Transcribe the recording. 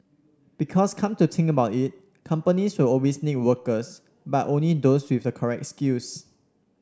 because come to think about it companies will always need workers but only those with the correct skills